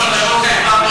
עושים, עושים.